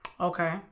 Okay